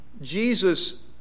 Jesus